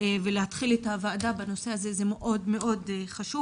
להתחיל את הוועדה בנושא הזה זה מאוד מאוד חשוב